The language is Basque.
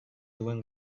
duen